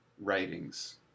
writings